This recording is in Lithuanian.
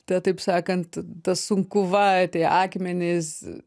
ta taip sakant ta sunkuva tie akmenys